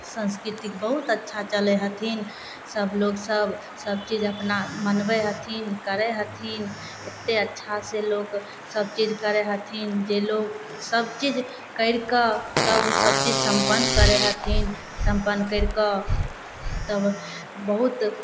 संस्कीर्तिक बहुत अच्छा चलै हथिन सब लोग सब सब चीज अपना मनबै हथिन करै हथिन एतेक अच्छा से लोक सब चीज करए हथिन जे लोक सब चीज कैरि कऽ सब सब चीज सम्पन्न करै हथिन सम्पन्न कैरि कऽ तब बहुत